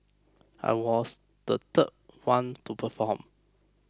I was the third one to perform